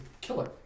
killer